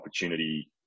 opportunity